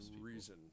reason